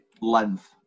length